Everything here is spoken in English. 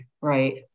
right